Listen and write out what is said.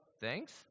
Thanks